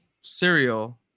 cereal